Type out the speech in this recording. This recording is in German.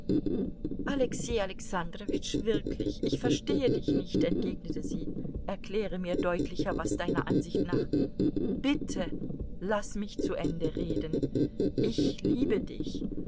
alexei alexandrowitsch wirklich ich verstehe dich nicht entgegnete sie erkläre mir deutlicher was deiner ansicht nach bitte laß mich zu ende reden ich liebe dich